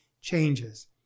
changes